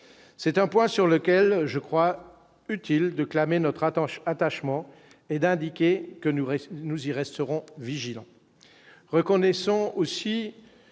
c'est un point sur lequel je crois utile de clamer notre attention attachement et d'indiquer que nous nous y resterons vigilants,